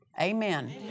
Amen